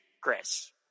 Chris